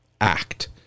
Act